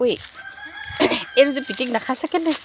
ঐ এইযোৰ পিটিক নাখাইছে কেলে